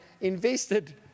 invested